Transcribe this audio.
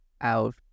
Out